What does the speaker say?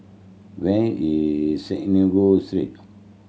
where is Synagogue Street